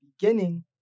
beginning